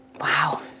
Wow